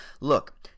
Look